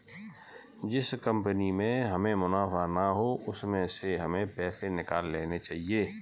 जिस कंपनी में हमें मुनाफा ना हो उसमें से हमें पैसे निकाल लेने चाहिए